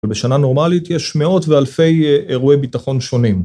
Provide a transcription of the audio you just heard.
ובשנה נורמלית יש מאות ואלפי אירועי ביטחון שונים.